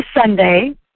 Sunday